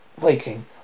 waking